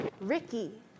Ricky